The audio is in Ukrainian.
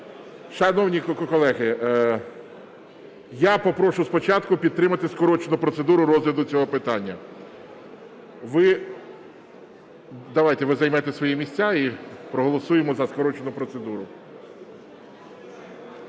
Шановні колеги, я попрошу спочатку підтримати скорочену процедуру розгляду цього питання. Давайте ви займете свої місця, і проголосуємо за скорочену процедуру.